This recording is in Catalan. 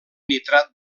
nitrat